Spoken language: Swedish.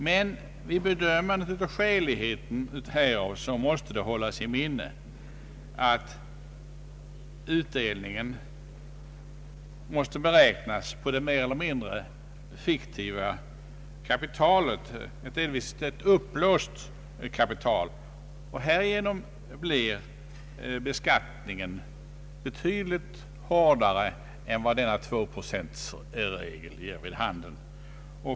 Men vid bedömandet av skäligheten härvidlag bör man hålla i minnet att utdelningen måste beräknas på det mer eller mindre fiktiva kapitalet, delvis ett uppblåst kapital, och härigenom blir beskattningen betydligt hårdare än vad denna tvåprocentsregel ger vid handen.